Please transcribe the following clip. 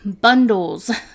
bundles